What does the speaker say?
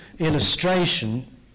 Illustration